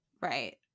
right